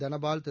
Dhanapal Thiru